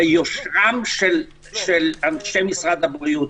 ביושרם של אנשי משרד הבריאות,